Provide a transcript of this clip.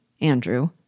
Andrew